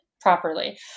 properly